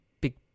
big